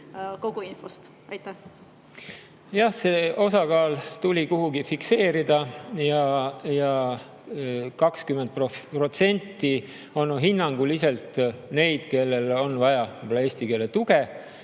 kogu infost? Jah, see osakaal tuli kuhugi fikseerida ja 20% on hinnanguliselt neid, kellel on vaja võib-olla eesti keele tuge,